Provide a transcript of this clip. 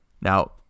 now